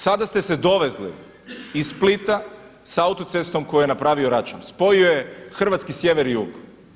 Sada ste se dovezli iz Splita sa autocestom koju je napravio Račan, spojio je hrvatski sjever i jug.